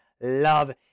love